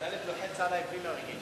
הנושא